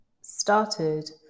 started